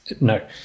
No